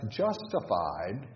justified